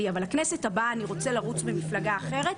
אבל לכנסת הבאה אני רוצה לרוץ במפלגה אחרת,